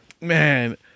man